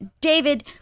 David